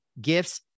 gifts